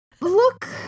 look